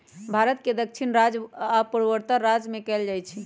भारत के दक्षिणी राज्य आ पूर्वोत्तर राज्य में कएल जाइ छइ